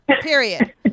Period